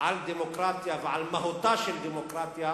על דמוקרטיה ועל מהותה של דמוקרטיה